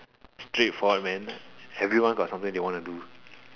straightforward man everyone got something they wanna do